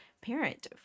parent